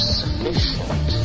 sufficient